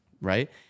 right